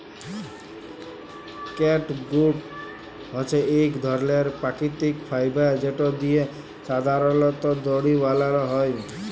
catgut হছে ইক ধরলের পাকিতিক ফাইবার যেট দিঁয়ে সাধারলত দড়ি বালাল হ্যয়